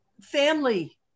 family